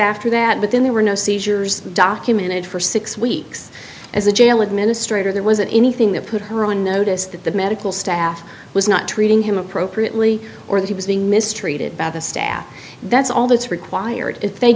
after that but then there were no seizures documented for six weeks as a jail administrator there wasn't anything that put her on notice that the medical staff was not treating him appropriately or that he was being mistreated by the staff that's all that's required if they